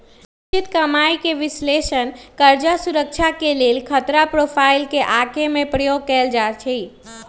निश्चित कमाइके विश्लेषण कर्जा सुरक्षा के लेल खतरा प्रोफाइल के आके में प्रयोग कएल जाइ छै